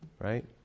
right